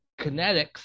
Kinetics